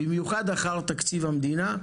בעיקר אחר תקציב המדינה,